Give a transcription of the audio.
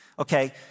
Okay